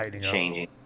changing